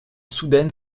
soudaine